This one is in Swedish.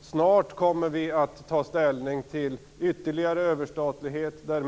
Snart kommer vi att ta ställning till ytterligare överstatlighet.